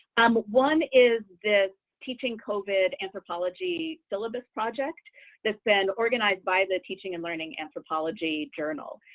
um one is this teaching covid anthropology syllabus project that's been organized by the teaching and learning anthropology journal.